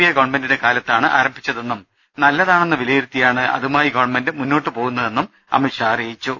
A ഗവൺമെന്റിന്റെ കാലത്താണ് ആരംഭിച്ച തെന്നും നല്ലതാണെന്ന് വിലയിരുത്തിയാണ് അതുമായി ഗവൺമെന്റ് മുന്നോട്ട് പോകുന്നതെന്നും അമിത് ഷാ അറി യിച്ചു